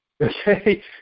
Okay